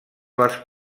les